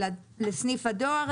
לסניף הדואר.